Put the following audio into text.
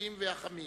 הענפים והחמים